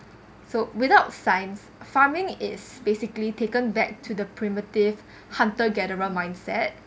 so without science farming is basically taken back to the primitive hunter gatherer mindset